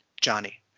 johnny